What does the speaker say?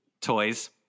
Toys